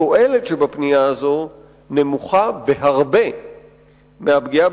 התועלת שבפנייה הזו נמוכה בהרבה מהפגיעה